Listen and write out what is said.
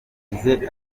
ati